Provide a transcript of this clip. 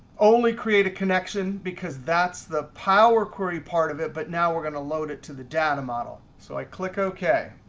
only create a connection, because that's the power query part of it. but now, we're going to load it to the data model. so i click ok.